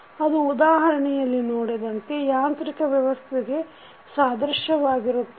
ಅದು ಉದಾಹರಣೆಯಲ್ಲಿ ನೋಡಿದಂತೆ ಯಾಂತ್ರಿಕ ವ್ಯವಸ್ಥೆಗೆ ಸಾದೃಶ್ಯವಾಗಿರುತ್ತದೆ